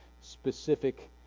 specific